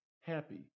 happy